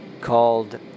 called